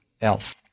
else